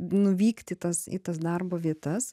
nuvykti į tas į tas darbo vietas